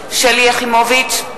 יחימוביץ,